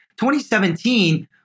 2017